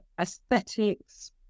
aesthetics